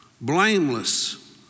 blameless